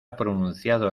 pronunciado